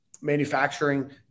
manufacturing